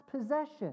possession